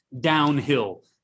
downhill